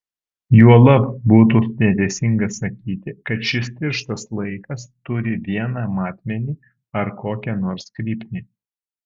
juolab būtų neteisinga sakyti kad šis tirštas laikas turi vieną matmenį ar kokią nors kryptį